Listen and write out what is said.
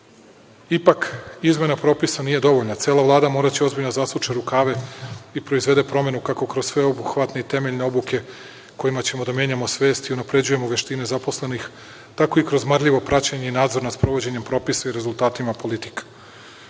izmena propisa nije dovoljna. Cela Vlada moraće ozbiljno da zasuče rukave i proizvede promenu kako kroz sveobuhvatne i temeljne obuke kojima ćemo da menjamo svest i unapređujemo veštine zaposlenih, tako i kroz marljivo praćenje i nadzor nad sprovođenjem propisa i rezultatima politika. Ova